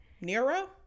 Nero